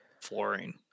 flooring